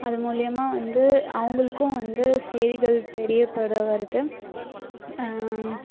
அது மூலியமாக வந்து அவங்களுக்கும் வந்து செய்திகள் தெரியப்பட வருது